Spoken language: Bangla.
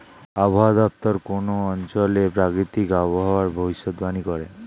আবহাওয়া দপ্তর কোন অঞ্চলের প্রাকৃতিক আবহাওয়ার ভবিষ্যতবাণী করে